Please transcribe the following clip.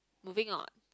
moving on